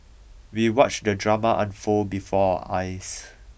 we watched the drama unfold before our eyes